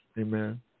Amen